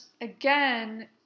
again